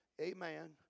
amen